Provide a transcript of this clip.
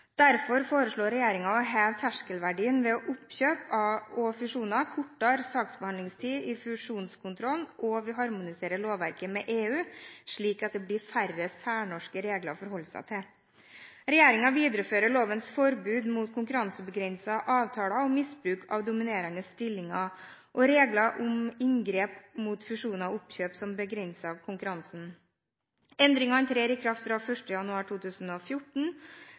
foreslår derfor å heve terskelverdien ved oppkjøp og fusjoner, korte ned saksbehandlingstiden i fusjonskontrollen og harmonisere lovverket med EU, slik at det blir færre særnorske regler å forholde seg til. Regjeringen viderefører lovens forbud mot konkurransebegrensende avtaler og misbruk av dominerende stillinger og regler om inngrep mot fusjoner og oppkjøp som begrenser konkurransen. Endringene trer i kraft 1. januar 2014.